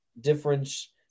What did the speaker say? difference –